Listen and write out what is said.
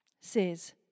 says